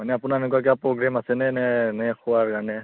মানে আপোনাৰ এনেকুৱা কিবা প্ৰগ্ৰেম আছেনে নে নে খোৱাৰ কাৰণে